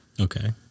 Okay